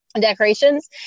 Decorations